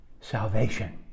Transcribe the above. salvation